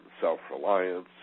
self-reliance